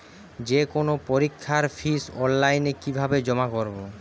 যে কোনো পরীক্ষার ফিস অনলাইনে কিভাবে জমা করব?